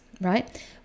right